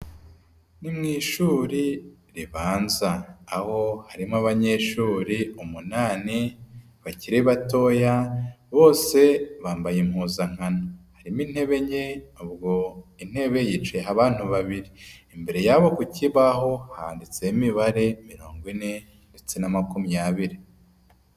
Ni mu ishuri ribanza, aho harimo abanyeshuri umunani bakiri batoya, bose bambaye impuzankano, harimo intebe enye ubwo intebe imwe yicayeho abantu babiri, imbere yabo ku kibaho handitse imibare mirongo ine ndetse na makumyabiri.